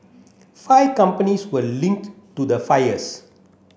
five companies were linked to the fires